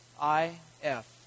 I-F